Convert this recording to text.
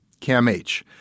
CAMH